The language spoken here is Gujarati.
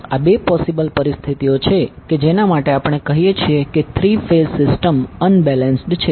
આ બે પોસીબલ સ્થિતિઓ છે કે જેના માટે આપણે કહીએ છીએ કે થ્રી ફેઝ સિસ્ટમ અનબેલેન્સ્ડ છે